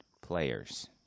players